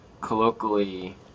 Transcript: colloquially